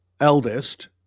eldest